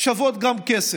שוות כסף,